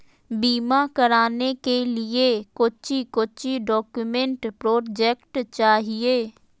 बीमा कराने के लिए कोच्चि कोच्चि डॉक्यूमेंट प्रोजेक्ट चाहिए?